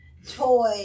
Toy